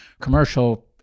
commercial